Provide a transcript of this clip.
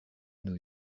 new